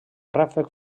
ràfec